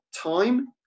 time